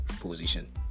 position